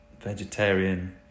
vegetarian